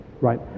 right